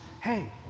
hey